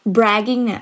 Bragging